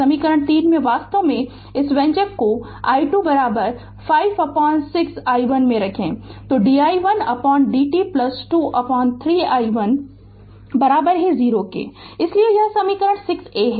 समीकरण 3 में वास्तव में इस व्यंजक को i2 5 6 i1 में रखें तो di1 dt 2 3 i1 0 प्राप्त होगा इसलिए यह समीकरण 6 a है